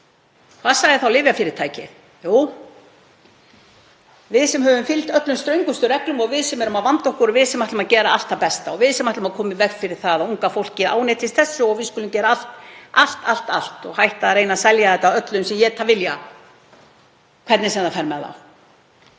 hvað sagði þá lyfjafyrirtækið? Jú, við sem höfum fylgt öllum ströngustu reglum og við sem erum að vanda okkur ætlum að gera allt það besta og við ætlum að koma í veg fyrir að unga fólkið ánetjist þessu og við ætlum að gera allt, allt, allt og hætta að reyna að selja þetta öllum sem éta vilja, hvernig sem það fer með þá.